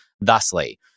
thusly